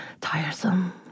tiresome